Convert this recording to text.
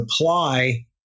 apply